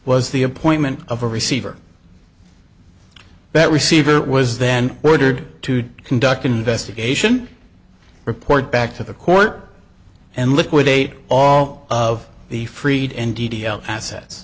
was the appointment of a receiver that receiver was then ordered to conduct an investigation report back to the court and liquidate all of the freed a